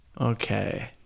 okay